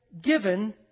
given